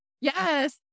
Yes